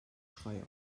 schrei